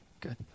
good